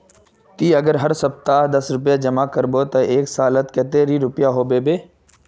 ती अगर दस रुपया सप्ताह जमा करबो ते एक सालोत कतेरी पैसा जमा होबे बे?